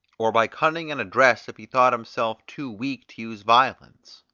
or by cunning and address if he thought himself too weak to use violence.